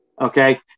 okay